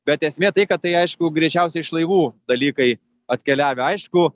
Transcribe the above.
bet esmė tai kad tai aišku greičiausiai iš laivų dalykai atkeliavę aišku